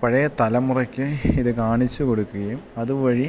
പഴയ തലമുറയ്ക്ക് ഇത് കാണിച്ചു കൊടുക്കുകയും അതുവഴി